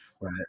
Right